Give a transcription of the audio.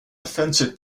offensive